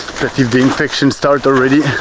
if the infection started already it